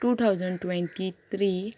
two thousand twenty three